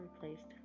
replaced